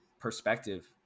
perspective